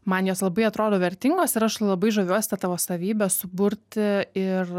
man jos labai atrodo vertingos ir aš labai žaviuosi ta tavo savybe suburti ir